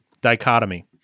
dichotomy